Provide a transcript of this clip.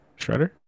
Shredder